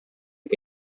que